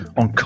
on